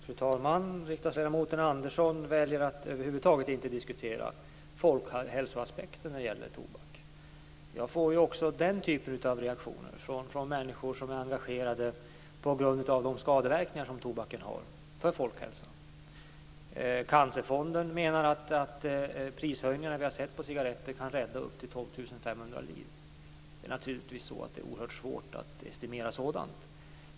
Fru talman! Riksdagsledamoten Andersson väljer att över huvud taget inte diskutera folkhälsoaspekten när det gäller tobak. Jag får också den typen av reaktioner från människor som är engagerade på grund av de skadeverkningar som tobaken har på folkhälsan. Cancerfonden menar att de prishöjningar som har genomförts på cigaretter kan rädda upp till 12 500 liv. Det är naturligtvis oerhört svårt att estimera sådant.